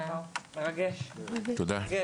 מרגש מאוד.